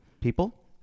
people